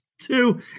Two